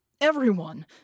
Everyone